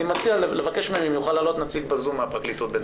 אני מציע לבקש מהם להעלות נציג מהפרקליטות ב-זום.